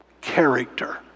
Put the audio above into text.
character